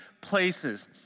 places